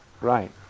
Right